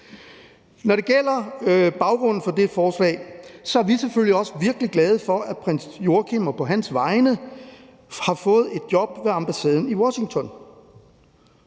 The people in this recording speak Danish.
Når det gælder baggrunden for det her forslag, er vi selvfølgelig også virkelig glade på prins Joachims vegne over, at han har fået et job ved ambassaden i Washington,